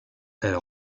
elle